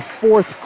fourth